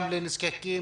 לנזקקים